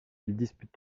dispute